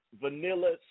vanilla